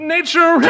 Nature